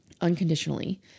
unconditionally